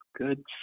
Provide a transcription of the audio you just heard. Good